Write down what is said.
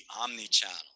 omni-channel